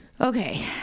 okay